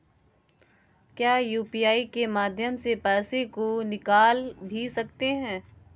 क्या यू.पी.आई के माध्यम से पैसे को निकाल भी सकते हैं?